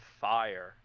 fire